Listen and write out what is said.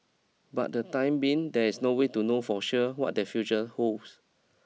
but the time being there is no way to know for sure what their future holds